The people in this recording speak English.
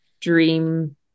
dream